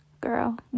girl